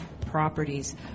Properties